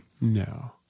No